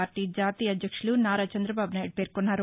పార్లీ జాతీయ అధ్యక్షులు నారా చందబాబునాయుడు పేర్కొన్నారు